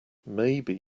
maybe